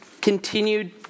continued